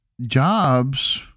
jobs